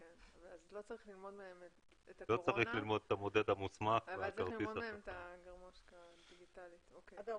אגב,